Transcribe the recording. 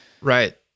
right